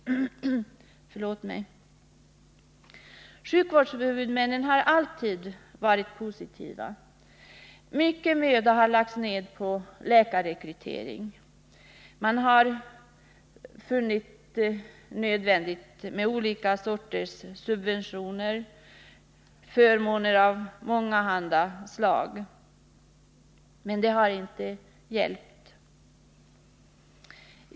Sjukvårdshuvudmännen har alltid varit positiva. Mycken möda har lagts ned på läkarrekrytering. Man har funnit det nödvändigt med olika sorters subventioner och förmåner av mångahanda slag, men det har inte hjälpt.